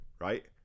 right